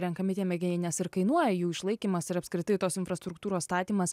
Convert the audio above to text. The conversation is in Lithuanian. renkami tie mėginiai nes ir kainuoja jų išlaikymas ir apskritai tos infrastruktūros statymas